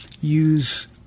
use